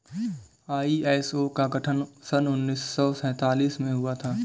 ISO का गठन सन उन्नीस सौ सैंतालीस में हुआ था